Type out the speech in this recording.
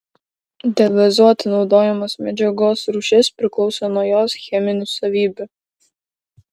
degazuoti naudojamos medžiagos rūšis priklauso nuo jos cheminių savybių